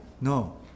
No